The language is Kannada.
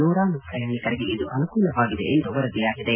ನೂರಾರು ಪ್ರಯಾಣೆಕರಿಗೆ ಇದು ಅನುಕೂಲವಾಗಿದೆ ಎಂದು ವರದಿಯಾಗಿದೆ